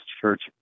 church